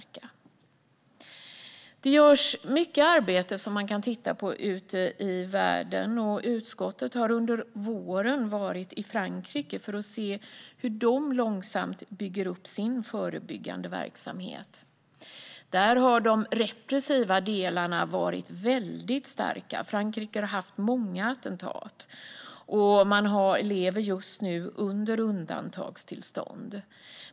Det görs mycket arbete ute i världen. Utskottet har under våren varit i Frankrike för att se hur de långsamt bygger upp sin förebyggande verksamhet. Där har de repressiva delarna varit väldigt starka. Frankrike har haft många attentat, och man lever just nu i ett undantagstillstånd.